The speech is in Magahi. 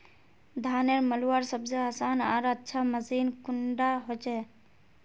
धानेर मलवार सबसे आसान आर अच्छा मशीन कुन डा होचए?